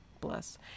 Bless